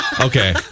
Okay